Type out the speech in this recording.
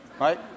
right